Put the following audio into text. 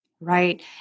Right